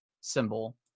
symbol